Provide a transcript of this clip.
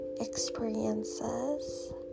experiences